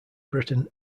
britain